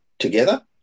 together